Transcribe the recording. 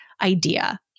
idea